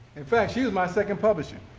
in fact, she was my second publisher